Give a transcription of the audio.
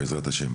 בעזרת השם.